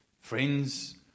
friends